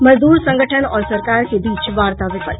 मजदूर संगठन और सरकार के बीच वार्ता विफल